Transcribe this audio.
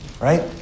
Right